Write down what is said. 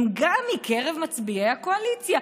הם גם מקרב מצביעי הקואליציה,